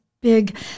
big